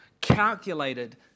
calculated